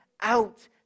out